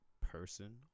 person